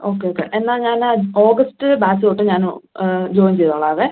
okay okay എന്നാൽ ഞാൻ ആ ഓഗസ്റ്റ് ബാച്ച് തൊട്ട് ഞാൻ ജോയിൻ ചെയ്തു കൊള്ളാവെ